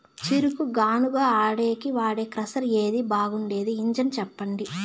చెరుకు గానుగ ఆడేకి వాడే క్రషర్ ఏది బాగుండేది ఇంజను చెప్పండి?